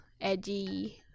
edgy